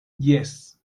jes